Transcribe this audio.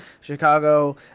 Chicago